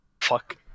Fuck